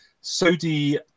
Saudi